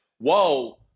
whoa